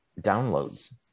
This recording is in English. downloads